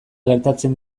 gertatzen